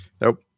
Nope